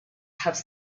have